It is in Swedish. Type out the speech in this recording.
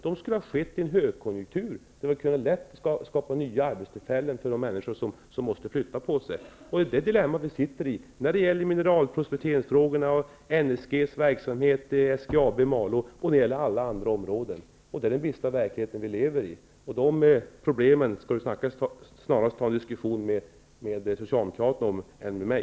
De skulle ha skett i en högkonjunktur, då man lätt skulle ha kunnat skapa nya arbetstillfällen för de människor som måste flytta på sig. Det är det dilemmat vi befinner oss i när det gäller mineralprospekteringsfrågorna, NSG:s verksamhet i SGAB i Malå osv. Det är den bistra verklighet vi lever i. Om dessa problem bör man snarare ta en diskussion med socialdemokraterna än med mig.